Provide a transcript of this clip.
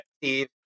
Steve